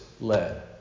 led